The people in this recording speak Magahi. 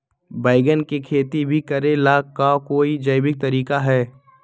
बैंगन के खेती भी करे ला का कोई जैविक तरीका है?